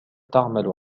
تعمل